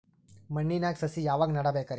ಮಣ್ಣಿನಾಗ ಸಸಿ ಯಾವಾಗ ನೆಡಬೇಕರಿ?